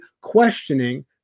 questioning